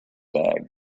bag